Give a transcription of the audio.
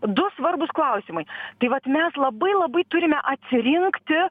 du svarbūs klausimai tai vat mes labai labai turime atsirinkti